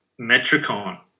Metricon